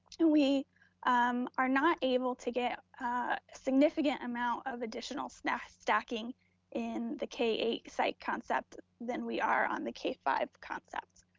and we um are not able to get significant amount of additional stacking stacking in the k eight site concept than we are on the k five concept.